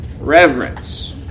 reverence